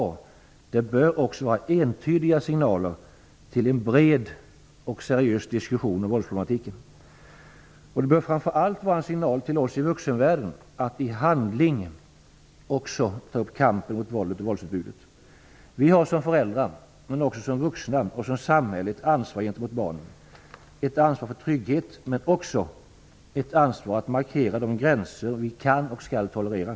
Det bör också vara entydiga signaler till en bred och seriös diskussion om våldsproblematiken. Det bör framför allt vara en signal till oss i vuxenvärlden om att vi också i handling tar upp kampen mot våldet och våldsutbudet. Som föräldrar, men också som vuxna och som samhälle, har vi ett ansvar gentemot barnen - ett ansvar för trygghet, men också ett ansvar för att markera de gränser som vi kan och skall tolerera.